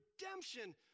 Redemption